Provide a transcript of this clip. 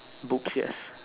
books yes